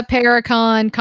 Paracon